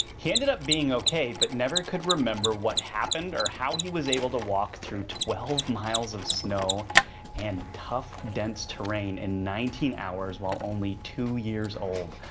he ended up being ok but never could remember what happened or how he was able to walk through twelve miles of snow and tough dense terrain in nineteen hours while only two years old.